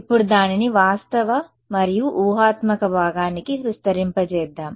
ఇప్పుడు దానిని వాస్తవ మరియు ఊహాత్మక భాగానికి విస్తరింప జేద్దాం